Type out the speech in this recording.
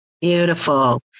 Beautiful